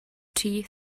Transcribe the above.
tea